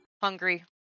hungry